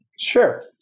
Sure